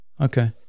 Okay